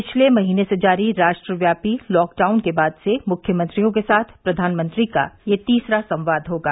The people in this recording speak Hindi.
पिछले महीने से जारी राष्ट्रव्यापी लॉकडाउन के बाद से मुख्यमंत्रियों के साथ प्रधानमंत्री का यह तीसरा संवाद होगा